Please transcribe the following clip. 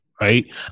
right